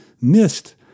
missed